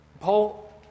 Paul